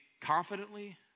confidently